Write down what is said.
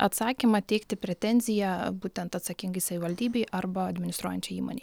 atsakymą teikti pretenziją būtent atsakingai savivaldybei arba administruojančiai įmonei